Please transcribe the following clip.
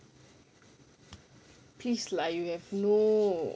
please lah you have no